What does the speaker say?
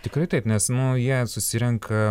tikrai taip nes nu jie susirenka